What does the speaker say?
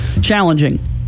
challenging